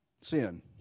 sin